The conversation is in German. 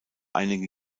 einige